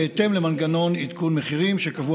אלהרר, אינה נוכחת, חברת